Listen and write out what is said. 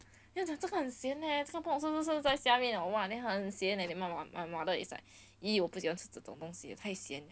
then 我讲这个很咸 leh 这个不懂是不是在下面 or what then 很咸 it's like !ee! 我不喜欢吃这种东西太咸